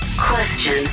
Question